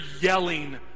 yelling